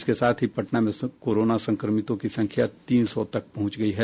इसके साथ ही पटना में कोरोना संक्रमितों की संख्या तीन सौ तक पहुंची गयी है